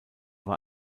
war